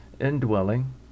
indwelling